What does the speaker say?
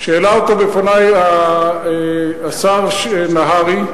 שהעלה אותו בפני השר נהרי,